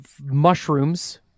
mushrooms